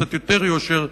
בקצת יותר יושר,